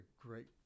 great